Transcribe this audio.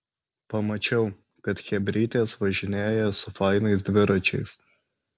pamačiau kad chebrytės važinėja su fainais dviračiais